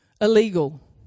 illegal